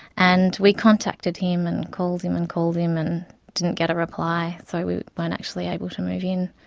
and we contacted him and called him and called him and didn't get a reply, so we weren't actually able to move in.